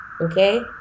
Okay